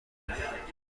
aha